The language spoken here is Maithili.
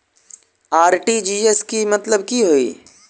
आर.टी.जी.एस केँ मतलब की होइ हय?